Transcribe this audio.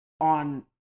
on